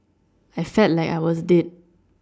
I felt like I was dead